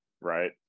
right